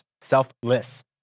selfless